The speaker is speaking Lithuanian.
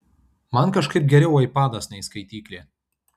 man kažkaip geriau aipadas nei skaityklė